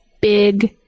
big